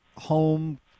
home